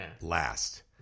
last